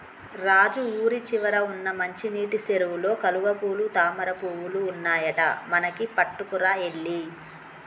రాజు ఊరి చివర వున్న మంచినీటి సెరువులో కలువపూలు తామరపువులు ఉన్నాయట మనకి పట్టుకురా ఎల్లి